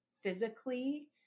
physically